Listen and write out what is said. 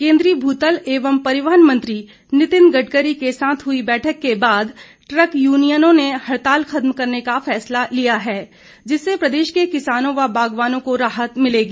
केंद्रीय भूतल एवं परिवहन व भूतल मंत्री नितिन गडकरी के साथ हुई बैठक के बाद ट्रक यूनियनों ने हड़ताल खत्म करने का फैसला लिया है जिससे प्रदेश के किसानों व बागवानों को राहत मिलेगी